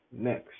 Next